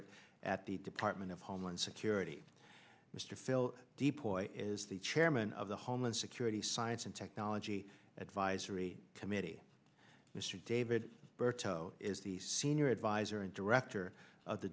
e at the department of homeland security mr phil deploy is the chairman of the homeland security science and technology advisory committee mr david berto is the senior advisor and director of the